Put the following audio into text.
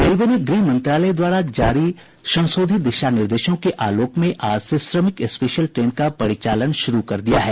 railway ने गृह मंत्रालय द्वारा जारी संशोधित दिशा निर्देशों के आलोक में आज से श्रमिक स्पेशल ट्रेन का परिचालन शुरू कर दिया है